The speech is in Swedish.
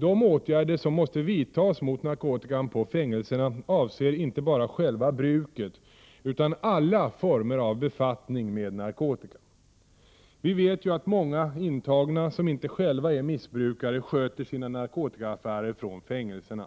De åtgärder som måste vidtas mot narkotikan på fängelserna avser inte bara själva bruket utan alla former av befattning med narkotika. Vi vet ju att många intagna som inte själva är missbrukare sköter sina narkotikaaffärer från fängelserna.